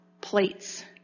plates